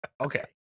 okay